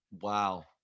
wow